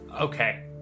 Okay